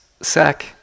sack